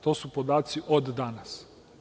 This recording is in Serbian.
To su podaci od danas.